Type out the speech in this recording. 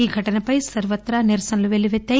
ఈ ఘటనపై సర్వత్రా నిరసనలు వెల్లుపెత్తాయి